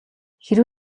хэрэв